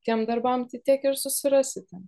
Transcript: tiem darbam tai tiek ir susirasite